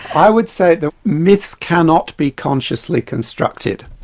i would say that myths cannot be consciously constructed.